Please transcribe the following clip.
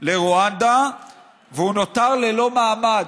לרואנדה והוא נותר ללא מעמד: